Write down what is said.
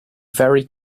very